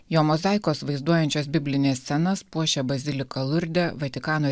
jo mozaikos vaizduojančios biblines scenas puošia baziliką lurde vatikano